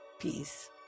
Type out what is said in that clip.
Peace